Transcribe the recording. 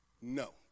No